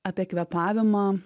apie kvėpavimą